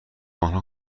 آنها